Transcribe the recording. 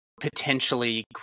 potentially